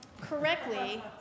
correctly